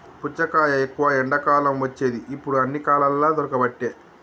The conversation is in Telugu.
పుచ్చకాయ ఎక్కువ ఎండాకాలం వచ్చేది ఇప్పుడు అన్ని కాలాలల్ల దొరుకబట్టె